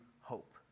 hope